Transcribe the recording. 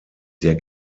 der